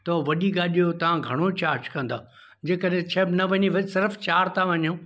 तो वॾी गाॾीअ जो तव्हां घणो चार्ज कंदो जंहिं कॾहिं छह न वञी वि सिर्फ़ चारि था वञू